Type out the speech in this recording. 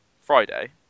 Friday